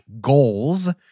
goals